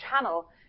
channel